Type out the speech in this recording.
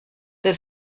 the